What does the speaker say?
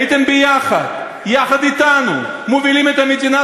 הייתם יחד אתנו מובילים את המדינה,